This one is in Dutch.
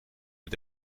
met